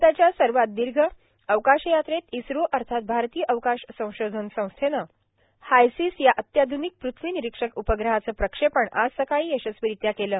भारताच्या सर्वात दीर्घ अवकोशयात्रेत इस्रो अर्थात भारतीय अवकाश संशोधन संस्थेनं हायसिसया अत्याधुनिक पृथ्वी निरीक्षक उपग्रहाचं प्रक्षेपण आज सकाळी यशस्वीरित्या केलं